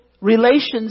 relations